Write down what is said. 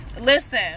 listen